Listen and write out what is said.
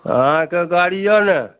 अहाँके गाड़ी यऽ ने